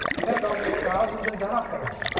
in fact, i'll make thousands of dollars.